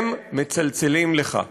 הם מצלצלים לך.